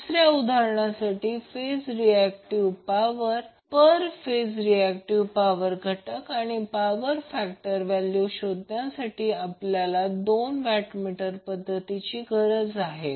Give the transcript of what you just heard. तिसऱ्या उदाहरणासाठी phase reactive power पर फेस रिएक्टिव पॉवर घटक आणि पॉवर फॅक्टर व्हॅल्यू शोधण्यासाठी आपल्याला दोन वॅट मीटर पद्धत ची गरज आहे